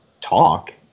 talk